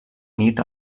nit